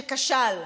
שכשל.